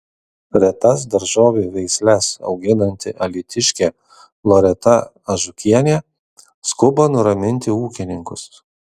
retas daržovių veisles auginanti alytiškė loreta ažukienė skuba nuraminti ūkininkus